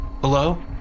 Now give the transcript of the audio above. Hello